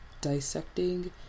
dissecting